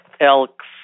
elks